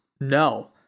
no